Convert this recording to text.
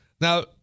Now